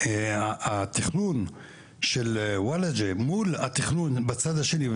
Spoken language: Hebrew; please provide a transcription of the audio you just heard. והתכנון של וולאג'ה מול התכנון בצד השני,